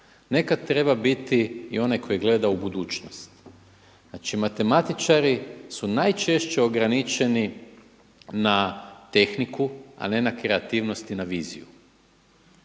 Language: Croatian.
Nekad treba biti i onaj koji gleda u budućnost. Znači, matematičari su najčešće na tehniku, a ne na kreativnost i na viziju.